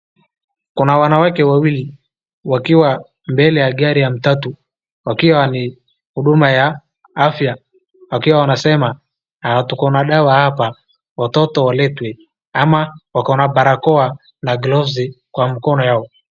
Kuna wanawake wawili wakiwa mbele ya gari ya matatu wakiwa ni huduma ya afya wakiwa wanasema tukona dawa hapa watoto waletwe. Ama wakona barakoa na gloves kwa mikono yao.